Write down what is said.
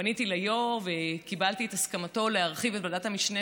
פניתי ליושב-ראש וקיבלתי את הסכמתו להרחיב את ועדת המשנה